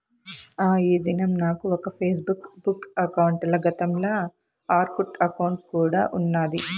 ఆ, ఈ దినం నాకు ఒక ఫేస్బుక్ బుక్ అకౌంటల, గతంల ఆర్కుట్ అకౌంటు కూడా ఉన్నాది